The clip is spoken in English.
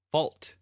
Fault